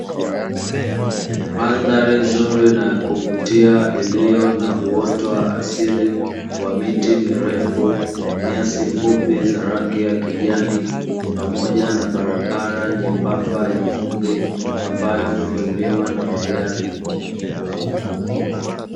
Mandhari nzuri na ya kuvutia iliyo na uoto wa asili wa miti mirefu, nyasi fupi za rangi ya kijani pamoja na barabara nyembamba ya vumbi, ambayo hutumiwa na magari.